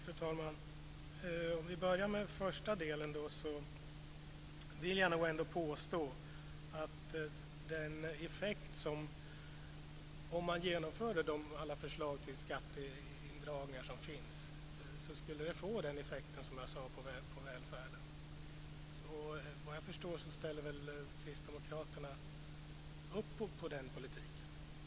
Fru talman! Om jag börjar med den första delen vill jag ändå påstå att om man genomförde alla de förslag till skatteindragningar som finns skulle det få den effekt på välfärden som jag sade. Såvitt jag förstår ställer Kristdemokraterna upp på den politiken.